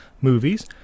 movies